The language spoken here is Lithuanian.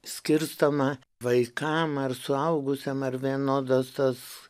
skirstoma vaikam ar suaugusiem ar vienodos tos